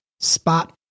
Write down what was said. spot